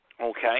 Okay